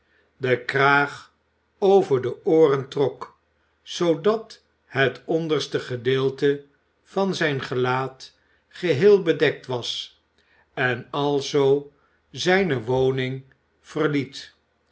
den kraag over de ooren trok zoodat het onderste gedeelte van zijn gelaat geheel bedekt was en alzoo zijne woning verliet